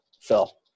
phil